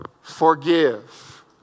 forgive